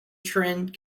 trend